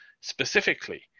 specifically